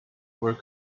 were